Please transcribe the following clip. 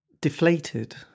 deflated